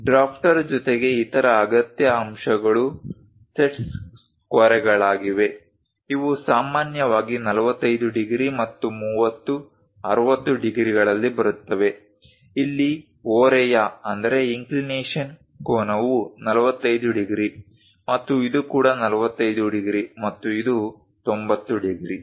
drafter ಜೊತೆಗೆ ಇತರ ಅಗತ್ಯ ಅಂಶಗಳು ಸೆಟ್ ಸ್ಕ್ವೇರ್ಗಳಾಗಿವೆ ಇವು ಸಾಮಾನ್ಯವಾಗಿ 45 ಡಿಗ್ರಿ ಮತ್ತು 30 60 ಡಿಗ್ರಿಗಳಲ್ಲಿ ಬರುತ್ತವೆ ಇಲ್ಲಿ ಓರೆಯ ಕೋನವು 45 ಡಿಗ್ರಿ ಮತ್ತು ಇದು ಕೂಡ 45 ಡಿಗ್ರಿ ಮತ್ತು ಇದು 90 ಡಿಗ್ರಿ